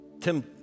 Tim